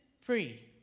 free